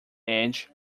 edge